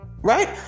right